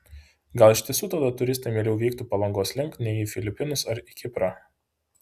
gal iš tiesų tada turistai mieliau vyktų palangos link nei į filipinus ar į kiprą